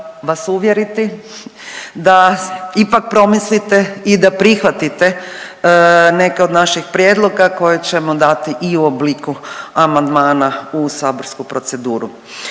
vas uvjeriti da ipak promislite i da prihvatite neke od naših prijedloga koje ćemo dati i u obliku amandmana u saborsku proceduru.